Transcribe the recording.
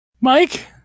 Mike